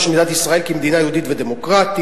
של מדינת ישראל כמדינה יהודית ודמוקרטית,